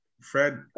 Fred